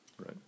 Right